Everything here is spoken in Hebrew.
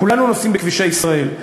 כולנו נוסעים בכבישי ישראל,